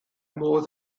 modd